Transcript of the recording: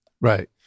Right